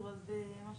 אם הרבנות